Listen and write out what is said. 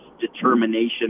determination